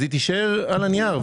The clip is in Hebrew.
היא תישאר על הנייר.